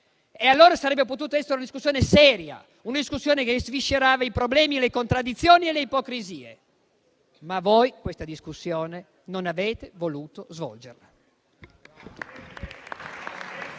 Allora, avrebbe potuto essere una discussione seria, una discussione che sviscerava i problemi, le contraddizioni e le ipocrisie, ma voi questa discussione non avete voluto svolgerla.